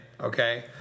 Okay